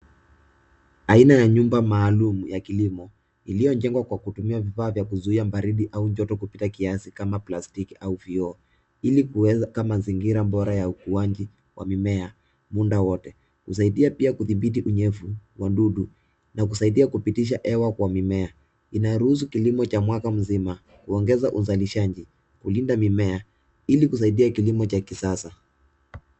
Aina ya nyumba maalum ya kilimo, iliyojengwa kwa kutumia vifaa vya kuzuia baridi au joto kupita kiasi kama plastiki au vioo ili kuweka mazingira bora ya ukuaji wa mimmea muundo wote, usaidia pia kudhibiti unyevu wa dudu, na kusaidia kupitisha hewa kwa mimmea ,inaruhusu kilimo cha mwaka mzima kuongeza uzalishaji, kulinda mimmea ili kusaidia kilimo cha kisasa.